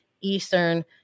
Eastern